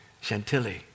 Chantilly